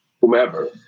whomever